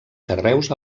carreus